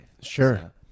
Sure